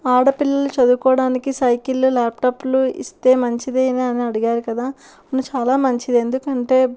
ఆడపిల్లలు చదువుకోవడానికి సైకిళ్లు ల్యాప్టాపులు ఇస్తే మంచిదేనా అని అడిగారు కదా చాలా మంచిది ఎందుకంటే